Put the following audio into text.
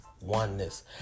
oneness